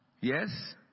Yes